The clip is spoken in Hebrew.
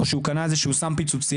או שהם קנו איזשהו סם פיצוציה.